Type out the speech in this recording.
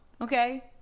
okay